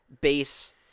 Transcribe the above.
base